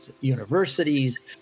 universities